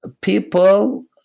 people